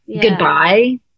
goodbye